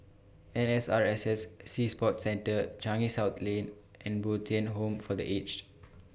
N S R S S Sea Sports Center Changi South Lane and Bo Tien Home For The Aged